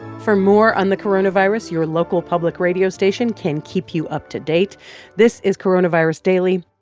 for more on the coronavirus, your local public radio station can keep you up-to-date this is coronavirus daily.